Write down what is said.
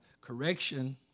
correction